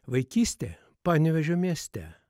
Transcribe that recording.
vaikystė panevėžio mieste